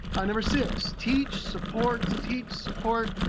number six, teach, support, teach, support,